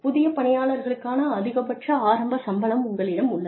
புதிய பணியாளர்களுக்கான அதிகபட்ச ஆரம்ப சம்பளம் உங்களிடம் உள்ளது